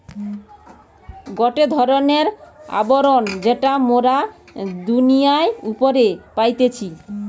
গটে ধরণের আবরণ যেটা মোরা দুনিয়ার উপরে পাইতেছি